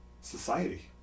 Society